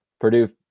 Purdue